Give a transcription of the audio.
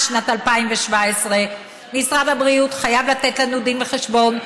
שנת 2017. משרד הבריאות חייב לתת לנו דיון וחשבון,